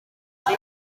aho